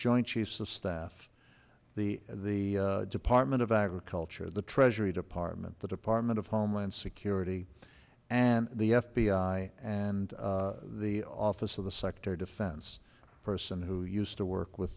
joint chiefs of staff the the department of agriculture the treasury department the department of homeland security and the f b i and the office of the sector defense person who used to work with